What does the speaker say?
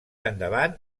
endavant